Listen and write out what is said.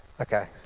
Okay